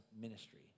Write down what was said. ministry